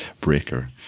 breaker